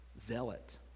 zealot